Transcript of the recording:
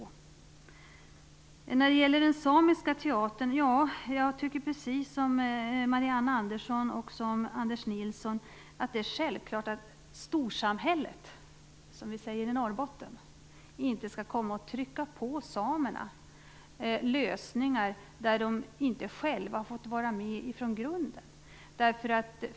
När det gäller den samiska teatern tycker jag precis som Marianne Andersson och Anders Nilsson. Det är självklart att Storsamhället, som vi säger i Norrbotten, inte skall komma och trycka på samerna lösningar där de inte själva har fått vara med från grunden.